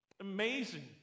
Amazing